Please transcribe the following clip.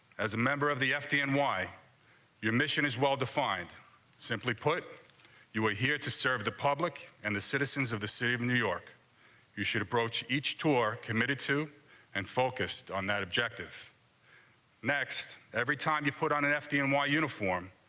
as a member of the fdny and your mission is well defined simply put you are here to serve the public and the citizens of the city of new york you should approach each tour committed to and focused on that objective next every time you put on and fdny and uniform,